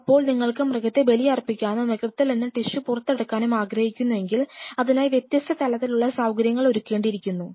ഇപ്പോൾ നിങ്ങൾക്ക് മൃഗത്തെ ബലിയർപ്പിക്കാനും ആ മൃഗത്തിൽ നിന്ന് ടിഷ്യു പുറത്തെടുക്കാനും ആഗ്രഹിക്കുന്നുവെങ്കിൽ അതിനായി വ്യത്യസ്ത തലത്തിലുള്ള സൌകര്യങ്ങൾ ഒരുക്കേണ്ടിയിരിക്കുന്നു